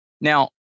Now